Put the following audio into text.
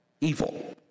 evil